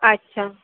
अच्छा